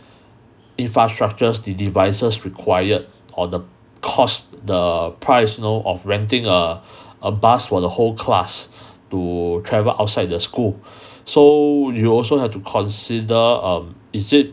infrastructures the devices required or the cost the price you know of renting a a bus for the whole class to travel outside the school so you also have to consider um is it